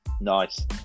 Nice